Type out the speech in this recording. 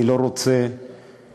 אני רוצה